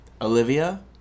Olivia